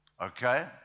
Okay